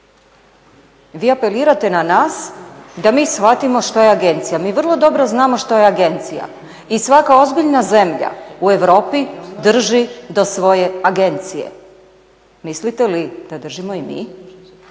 Vi apelirate na nas da mi shvatimo što je agencija. Mi vrlo dobro znamo što je agencija i svaka ozbiljna zemlja u Europi drži do svoje agencije. Mislite li da držimo i mi?